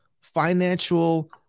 financial –